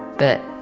that